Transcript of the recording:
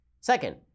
second